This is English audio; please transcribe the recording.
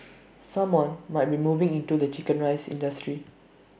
someone might be moving into the Chicken Rice industry